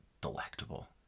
delectable